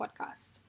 podcast